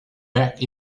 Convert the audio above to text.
back